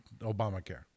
Obamacare